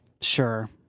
Sure